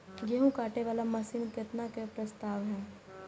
गेहूँ काटे वाला मशीन केतना के प्रस्ताव हय?